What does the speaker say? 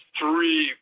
three